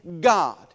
God